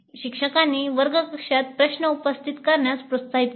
शिक्षकांनी वर्ग कक्षात प्रश्न उपस्थित करण्यास प्रोत्साहित केले